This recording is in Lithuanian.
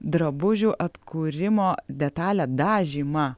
drabužių atkūrimo detalę dažymą